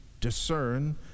discern